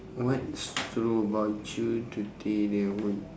what's true about you today that would